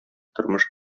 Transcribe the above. тормыш